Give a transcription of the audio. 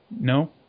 No